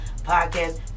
podcast